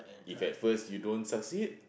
if at first you don't succeed